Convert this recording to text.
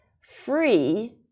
free